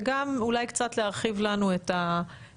וגם אולי קצת להרחיב לנו את המבט,